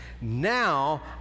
now